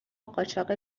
قاچاق